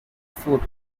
foot